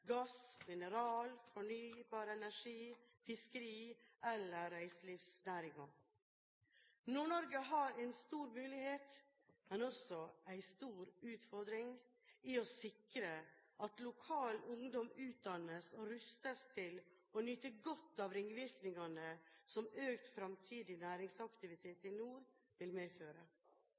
gass-, mineral-, fornybar energi-, fiskeri- eller reiselivsnæringen. Nord-Norge har en stor mulighet, men også en stor utfordring i å sikre at lokal ungdom utdannes og rustes til å nyte godt av ringvirkningene som økt fremtidig næringsaktivitet i nord vil medføre.